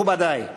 מכובדי,